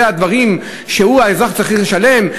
אלה הדברים שהאזרח צריך לשלם עליהם?